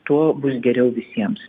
tuo bus geriau visiems